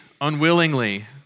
unwillingly